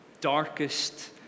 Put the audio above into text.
darkest